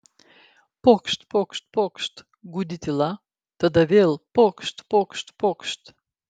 pokšt pokšt pokšt gūdi tyla tada vėl pokšt pokšt pokšt